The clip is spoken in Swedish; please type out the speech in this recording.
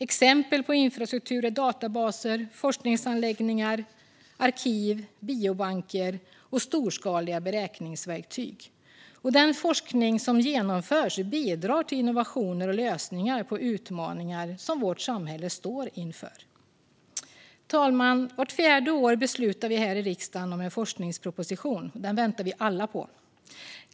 Exempel på infrastruktur är databaser, forskningsanläggningar, arkiv, biobanker och storskaliga beräkningsverktyg. Den forskning som genomförs bidrar till innovationer och lösningar på utmaningar som vårt samhälle står inför. Fru talman! Vart fjärde år beslutar vi här i riksdagen om en forskningsproposition. Den väntar vi alla på.